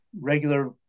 regular